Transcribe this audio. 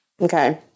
Okay